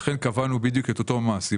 קבענו בדיוק את אותו מס.